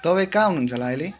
तपाईँ कहाँ हुनुहुन्छ होला अहिले